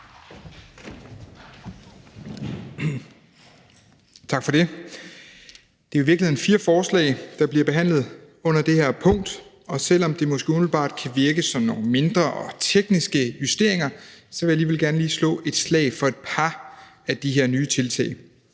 Tak for det. Det er i virkeligheden fire forslag, der bliver behandlet under det her punkt, og selv om det måske umiddelbart kan virke som nogle mindre og tekniske justeringer, vil jeg alligevel gerne lige slå et slag for et par af de her nye tiltag.